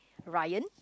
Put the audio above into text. Ryan